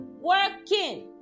working